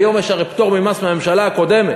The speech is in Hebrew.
היום יש הרי פטור ממס מהממשלה הקודמת,